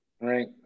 Right